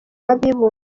w’abibumbye